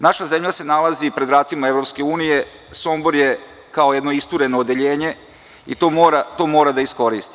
Naša zemlja se nalazi pred vratima EU, a Sombor je kao jedno istureno odeljenje i to mora da iskoristi.